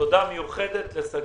תודה מיוחדת לשגית,